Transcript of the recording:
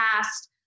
past